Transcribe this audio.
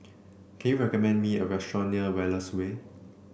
can you recommend me a restaurant near Wallace Way